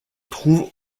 trouve